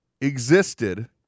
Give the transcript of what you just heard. existed